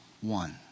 one